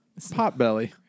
Potbelly